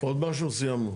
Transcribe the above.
עוד משהו או סיימנו?